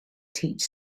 teach